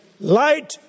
Light